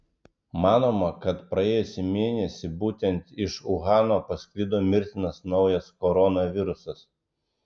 manoma kad praėjusį mėnesį būtent iš uhano pasklido mirtinas naujas koronavirusas